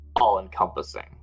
all-encompassing